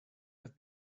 have